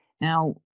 now